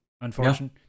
Unfortunately